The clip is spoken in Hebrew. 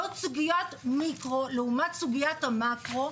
זאת סוגיית מיקרו לעומת סוגיית המאקרו,